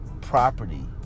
property